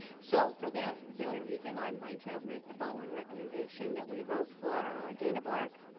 so for that very reason, i'm going to make the following recommendation that we vote for dana black,